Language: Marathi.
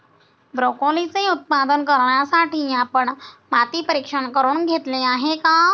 ब्रोकोलीचे उत्पादन करण्यासाठी आपण माती परीक्षण करुन घेतले आहे का?